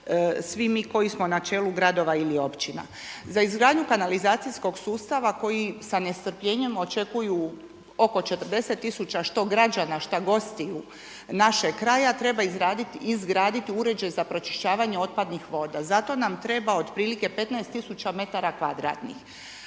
svi mi koji smo na čelu gradova ili općina. Za izgradnju kanalizacijskog sustava koji sa nestrpljenjem očekuju oko 40 tisuća što građana, šta gostiju našeg kraja treba izgraditi uređaj za pročišćavanje otpadnih voda. Za to nam treba otprilike 15 tisuća metara kvadratnih.